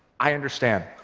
i understand.